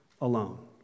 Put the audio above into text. alone